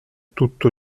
tutto